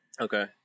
Okay